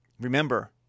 Remember